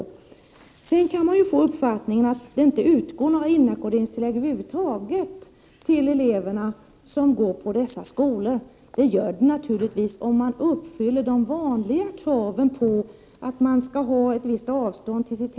Av Ulf Melins anförande kan man få uppfattningen att det inte utgår några inackorderingstillägg över huvud taget till de elever som går på dessa skolor. Det gör det naturligtvis. De utgår till de elever som uppfyller de vanliga kraven, t.ex. på ett visst avstånd till hemmet.